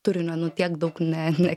turinio nu tiek daug ne ne